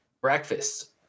breakfast